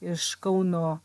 iš kauno